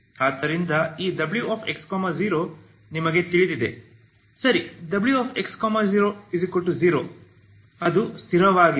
ಆದ್ದರಿಂದ ಈ w x 0 ನಮಗೆ ತಿಳಿದಿದೆ ಸರಿ w x 0 0 ಅದು ಸ್ಥಿರವಾಗಿದೆ